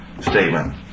statement